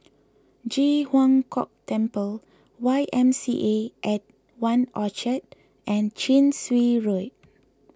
Ji Huang Kok Temple Y M C A at one Orchard and Chin Swee Road